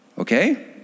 Okay